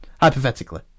hypothetically